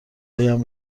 هایم